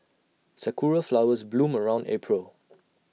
Sakura Flowers bloom around April